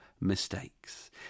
mistakes